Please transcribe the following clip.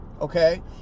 okay